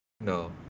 No